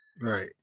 Right